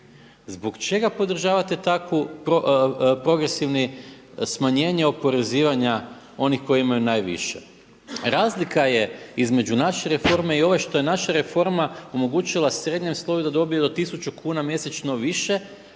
Zbog čega podržavate takvu, progresivni, smanjenje oporezivanja onih koji imaju najviše? Razlika je između naše reforme i ove što je naša reforma omogućila srednjem sloju da dobije do 1000 kuna mjesečno više